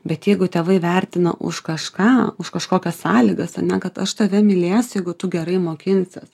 bet jeigu tėvai vertina už kažką už kažkokias sąlygas ane kad aš tave mylėsiu jeigu tu gerai mokinsies